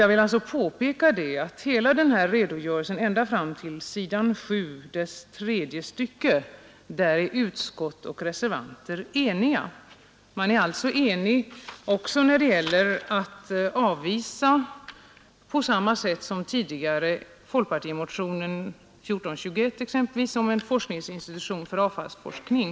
Jag vill påpeka att när det gäller utskottets redogörelse fram till s. 7 tredje stycket, är utskottet och reservanterna eniga — en enighet som även omfattar avvisandet av folkpartimotionen 1421 om en forskningsinstitution för avfallsforskning.